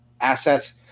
assets